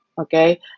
okay